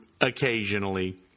occasionally